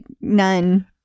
none